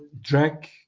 drag